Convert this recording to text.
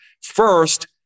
First